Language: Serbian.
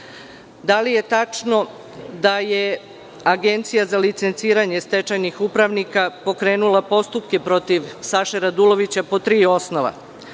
li je tačno da je Agencija za licenciranje stečajnih upravnika pokrenula postupke protiv Saše Radulovića po tri osnova?